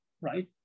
right